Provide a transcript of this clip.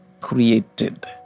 created